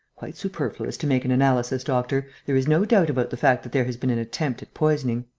quite superfluous to make an analysis, doctor. there is no doubt about the fact that there has been an attempt at poisoning.